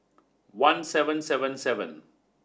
one seven seven seven